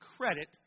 credit